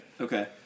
okay